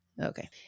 Okay